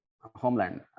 homeland